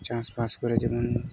ᱪᱟᱥᱵᱟᱥ ᱠᱚᱨᱮ ᱡᱮᱢᱚᱱ